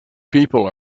people